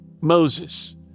Moses